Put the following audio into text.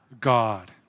God